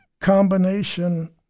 combination